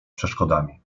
przeszkodami